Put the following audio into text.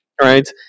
Right